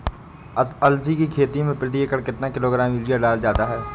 अलसी की खेती में प्रति एकड़ कितना किलोग्राम यूरिया डाला जाता है?